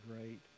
great